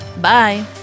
Bye